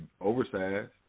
oversized